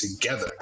together